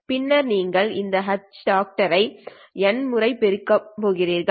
பின்னர் நீங்கள் இந்த H பாக்டர் யை N முறை பெருக்கப் போகிறீர்கள் சரி